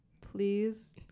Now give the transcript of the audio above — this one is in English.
please